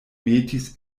metis